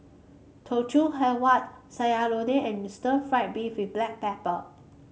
teochew huat what Sayur Lodeh and stir fry beef with Black Pepper